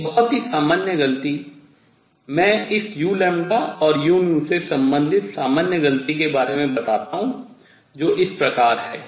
एक बहुत ही सामान्य गलती मैं इस u और u से संबंधित सामान्य गलती के बारे में बताता हूँ जो इस प्रकार है